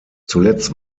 zuletzt